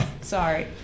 sorry